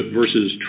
versus